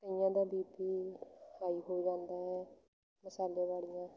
ਕਈਆਂ ਦਾ B P high ਹੋ ਜਾਂਦਾ ਹੈ ਮਸਾਲੇ ਵਾਲੀਆਂ